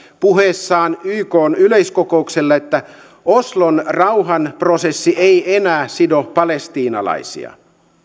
puheessaan ykn yleiskokoukselle että oslon rauhanprosessi ei enää sido palestiinalaisia